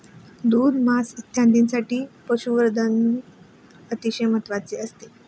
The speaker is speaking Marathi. दूध, मांस इत्यादींसाठी पशुसंवर्धन अतिशय महत्त्वाचे असते